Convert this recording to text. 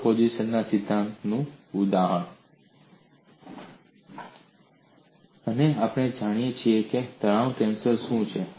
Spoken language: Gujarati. સુપરપોઝિશનના સિદ્ધાંતનું ઉદાહરણ અને આપણે જાણીએ છીએ કે તણાવ ટેન્સર શું છે